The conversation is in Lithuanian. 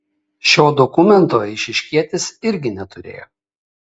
šio dokumento eišiškietis irgi neturėjo